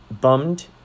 Bummed